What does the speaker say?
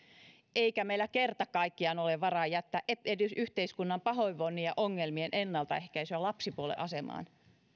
eikä meillä kerta kaikkiaan ole varaa jättää edes yhteiskunnan pahoinvoinnin ja ongelmien ennaltaehkäisyä lapsipuolen asemaan